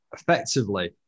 effectively